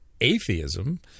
atheism